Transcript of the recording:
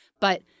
But-